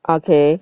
okay